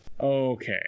okay